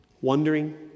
Wondering